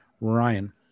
Ryan